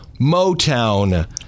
Motown